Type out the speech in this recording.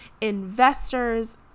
investors